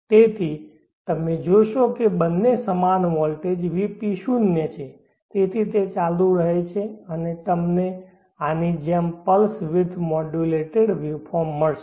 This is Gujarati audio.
તેથી તમે જોશો કે બંને સમાન વોલ્ટેજ Vp શૂન્ય છે તેથી તે ચાલુ રહે છે અને તમને આની જેમ પલ્સ વીડ્થ મોડ્યુલેટેડ વેવફોર્મ મળશે